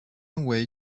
away